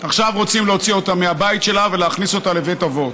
עכשיו רוצים להוציא אותה מהבית שלה ולהכניס אותה לבית אבות.